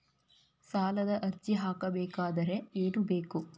ಸಾಲದ ಅರ್ಜಿ ಹಾಕಬೇಕಾದರೆ ಏನು ಬೇಕು?